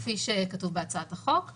כפי שכתוב בהצעת החוק;